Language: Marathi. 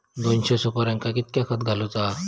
दोनशे सुपार्यांका कितक्या खत घालूचा?